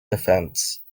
defence